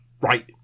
Right